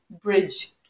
bridge